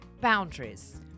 Boundaries